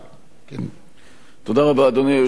אדוני היושב-ראש,